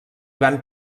van